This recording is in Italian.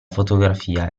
fotografia